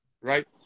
right